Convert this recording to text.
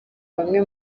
bamwe